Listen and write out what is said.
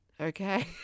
Okay